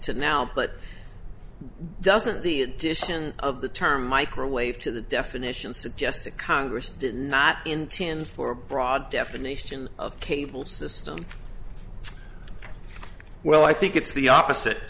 to now but doesn't the decision of the term microwave to the definition suggest that congress did not intend for a broad definition of cable system well i think it's the opposite